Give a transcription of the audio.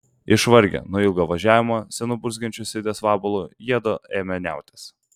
išvargę nuo ilgo važiavimo senu burzgiančiu sidės vabalu jiedu ėmė niautis